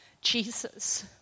Jesus